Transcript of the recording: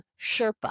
Sherpa